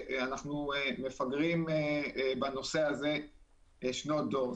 אנחנו מפגרים בנושא הזה שנות דור.